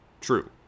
true